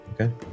Okay